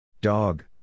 Dog